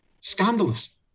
Scandalous